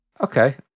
Okay